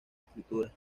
escrituras